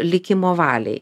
likimo valiai